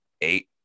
eight